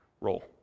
role